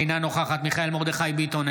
אינה נוכחת מיכאל מרדכי ביטון,